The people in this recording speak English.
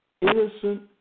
innocent